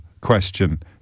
question